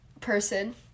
person